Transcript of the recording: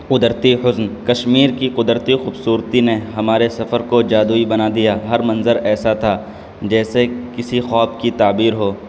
قدرتی حسن کشمیر کی قدرتی خوبصورتی نے ہمارے سفر کو جادوئی بنا دیا ہر منظرایسا تھا جیسے کسی خواب کی تعبیر ہو